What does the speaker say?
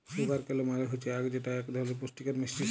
sugar কেল মাল হচ্যে আখ যেটা এক ধরলের পুষ্টিকর মিষ্টি শস্য